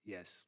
Yes